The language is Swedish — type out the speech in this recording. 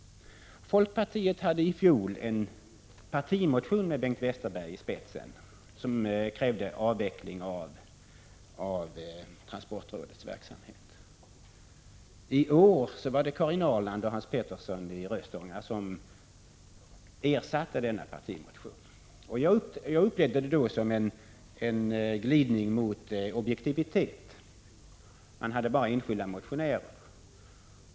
Folkpartiet hade i fjol en partimotion med Bengt Westerberg i spetsen, där man krävde avveckling av transportrådets verksamhet. I år var det Karin Ahrlands och Hans Peterssons i Röstånga motion som ersatte denna partimotion. Jag uppfattade det som en glidning mot objektivitet. Man hade bara enskilda motionärer.